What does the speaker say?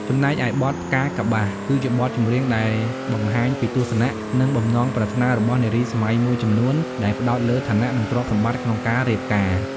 ចំណែកឯបទ ផ្កាកប្បាស គឺជាបទចម្រៀងដែលបង្ហាញពីទស្សនៈ និងបំណងប្រាថ្នារបស់នារីសម័យមួយចំនួនដែលផ្តោតលើឋានៈ និងទ្រព្យសម្បត្តិក្នុងការរៀបការ។